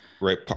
right